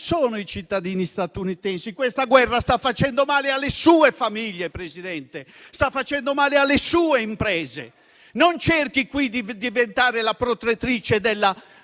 non quelli statunitensi. Questa guerra sta facendo male alle sue famiglie, presidente Meloni, e alle sue imprese. Non cerchi qui di diventare la protettrice